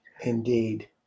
Indeed